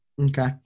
Okay